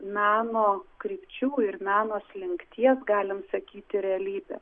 meno krypčių ir meno slinkties galim sakyti realybe